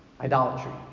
idolatry